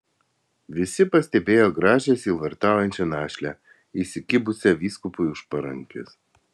visi pastebėjo gražią sielvartaujančią našlę įsikibusią vyskupui už parankės